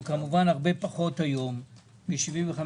הוא כמובן הרבה פחות היום מ-75%.